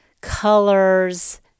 colors